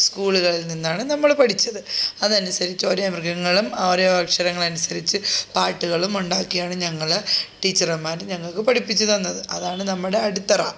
സ്കൂളുകളിൽ നിന്നാണ് നമ്മൾ പഠിച്ചത് അതനുസരിച്ച് ഓരോ മൃഗങ്ങളും ഓരോ അക്ഷരങ്ങൾ അനുസരിച്ച് പാട്ടുകളുമുണ്ടാക്കിയാണ് ഞങ്ങൾ ടീച്ചർമാർ ഞങ്ങൾക്കു പഠിപ്പിച്ചു തന്നത് അതാണ് നമ്മുടെ അടിത്തറ